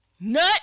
Nut